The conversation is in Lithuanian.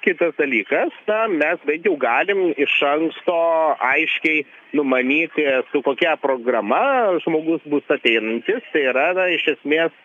kitas dalykas mes bent jau galim iš anksto aiškiai numanyti su kokia programa žmogus bus ateinantis yra na iš esmės